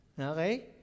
okay